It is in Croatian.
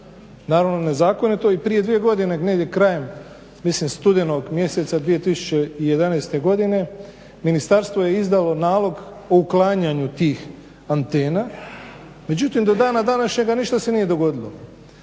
naravno nezakonito i prije dvije godine negdje krajem studenog mjeseca 2011.godine ministarstvo je izdalo nalog uklanjanju tih antena. Međutim do dana današnjega ništa se nije dogodilo.